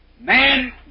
man